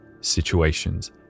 situations